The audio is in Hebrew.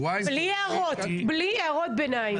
בלי הערות ביניים.